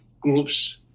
groups